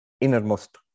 innermost